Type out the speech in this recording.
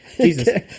Jesus